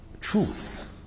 truth